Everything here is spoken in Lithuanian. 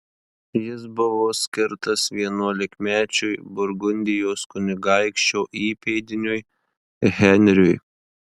jis buvo skirtas vienuolikamečiui burgundijos kunigaikščio įpėdiniui henriui